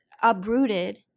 uprooted